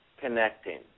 connecting